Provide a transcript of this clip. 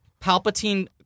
Palpatine